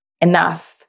enough